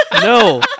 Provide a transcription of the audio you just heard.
No